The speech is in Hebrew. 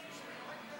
התשע"ח 2018,